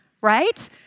right